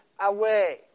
away